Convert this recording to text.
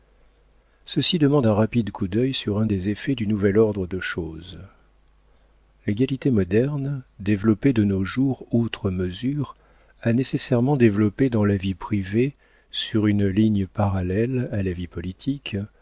ceci demande un rapide coup d'œil sur un des effets du nouvel ordre de choses l'égalité moderne développée de nos jours outre mesure a nécessairement développé dans la vie privée sur une ligne parallèle à la vie politique